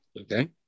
Okay